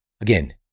again